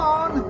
on